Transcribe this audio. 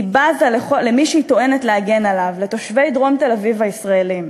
היא בזה למי שהיא טוענת להגנה עליו: לתושבי דרום תל-אביב הישראלים.